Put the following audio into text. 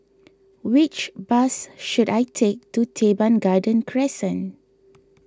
which bus should I take to Teban Garden Crescent